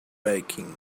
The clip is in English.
baking